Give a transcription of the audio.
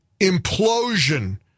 implosion